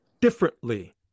differently